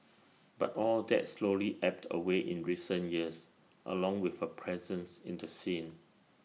but all that slowly ebbed away in recent years along with her presence in the scene